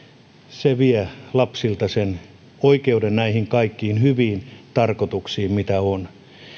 se vie lapsilta sen oikeuden näihin kaikkiin hyviin tarkoituksiin mitä on